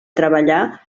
treballar